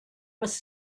was